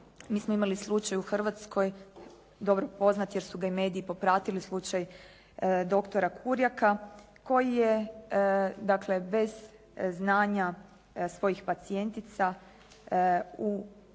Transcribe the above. mi smo imali slučaj u Hrvatskoj dobro poznat jer su ga i mediji popratili, slučaj doktora Kurjaka koji je dakle bez znanja svojih pacijentica u njih